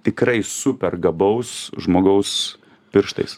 tikrai super gabaus žmogaus pirštais